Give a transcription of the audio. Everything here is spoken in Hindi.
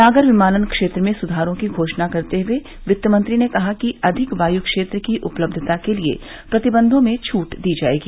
नागर विमानन क्षेत्र में सुधारों की घोषणा करते हुए वित्त मंत्री ने कहा कि अधिक वायु क्षेत्र की उपलब्धता के लिए प्रतिबंधों में छूट दी जाएगी